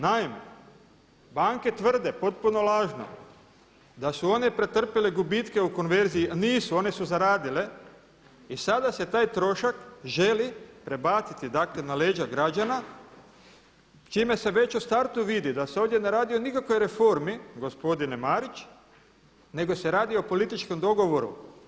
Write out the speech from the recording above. Naime, banke tvrde potpuno lažno da su one pretrpile gubitke u konverziji a nisu, one su razradile i sada se taj trošak želi prebaciti dakle na leđa građana čime se već u startu vidi da se ovdje ne radi o nikakvoj reformi gospodine Marić nego se radi o političkom dogovoru.